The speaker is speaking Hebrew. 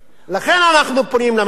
לכן אנחנו פונים למשטרה.